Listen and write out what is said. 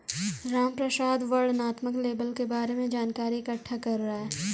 रामप्रसाद वर्णनात्मक लेबल के बारे में जानकारी इकट्ठा कर रहा है